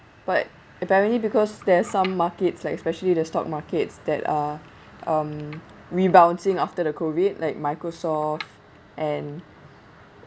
but apparently because there's some markets like especially the stock markets that are um rebouncing after the COVID like Microsoft and